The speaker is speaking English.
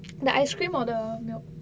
the ice cream or the milk